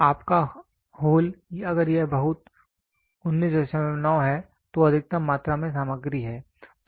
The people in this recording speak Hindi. तो आपका होल अगर यह बहुत 199 है तो अधिकतम मात्रा में सामग्री है